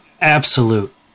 absolute